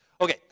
Okay